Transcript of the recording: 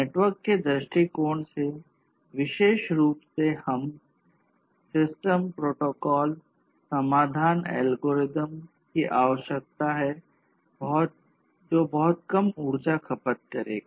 network के दृष्टिकोण से विशेष रूप से हमें सिस्टम प्रोटोकॉल की आवश्यकता है जो बहुत कम ऊर्जा की खपत करेगा